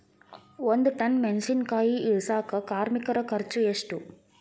ಒಂದ್ ಟನ್ ಮೆಣಿಸಿನಕಾಯಿ ಇಳಸಾಕ್ ಕಾರ್ಮಿಕರ ಖರ್ಚು ಎಷ್ಟು?